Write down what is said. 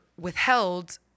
withheld